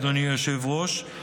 אדוני היושב-ראש,